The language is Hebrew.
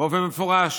באופן מפורש